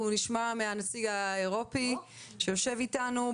אנחנו נשמע מהנציג האירופאי שיושב איתנו,